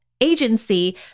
agency